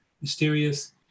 mysterious